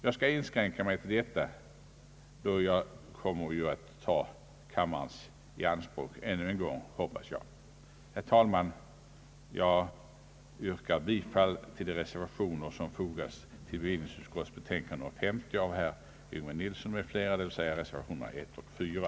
Jag skall inskränka mig till detta, då jag som jag hoppas ännu en gång kommer att ta kammarens tid i anspråk. Herr talman! Jag yrkar bifall till de reservationer som = =fogats till bevillningsutskottets betänkande nr 50 av herr Yngve Nilsson m.fl., dvs. reservationerna 1 och 4.